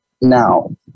Now